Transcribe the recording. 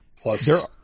plus